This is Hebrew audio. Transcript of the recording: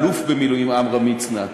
האלוף במילואים עמרם מצנע,